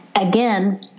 again